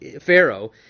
Pharaoh